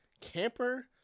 camper